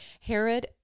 Herod